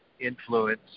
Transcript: Influence